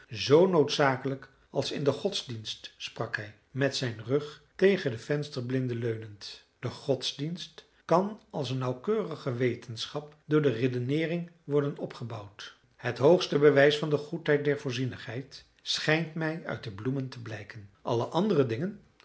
zoo noodzakelijk als in den godsdienst sprak hij met zijn rug tegen de vensterblinden leunend de godsdienst kan als een nauwkeurige wetenschap door de redeneering worden opgebouwd het hoogste bewijs van de goedheid der voorzienigheid schijnt mij uit de bloemen te blijken alle andere dingen